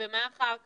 ומה אחר כך?